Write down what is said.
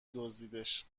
دزدیدش